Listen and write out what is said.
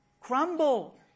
crumble